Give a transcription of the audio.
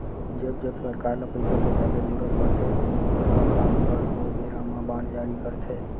जब जब सरकार ल पइसा के जादा जरुरत पड़थे कोनो बड़का काम बर ओ बेरा म बांड जारी करथे